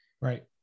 Right